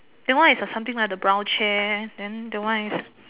then one is the something like the brown chair then the one is